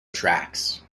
tracks